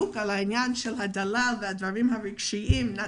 בדיוק על עניין הדל"ל והעניינים הרגשיים.